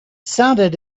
sounded